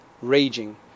raging